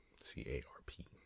C-A-R-P